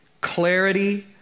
clarity